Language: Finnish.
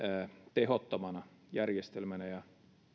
tehottomana järjestelmänä